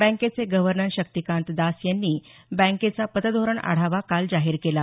बँकेचे गव्हर्नर शक्तिकांत दास यांनी बँकेचा पतधोरण आढावा काल जाहीर केला